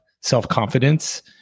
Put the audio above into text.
self-confidence